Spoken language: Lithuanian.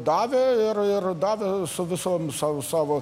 davė ir ir davė su visom sau savo